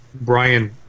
Brian